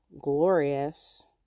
glorious